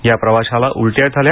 या प्रवाशाला उलट्या झाल्या